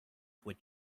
with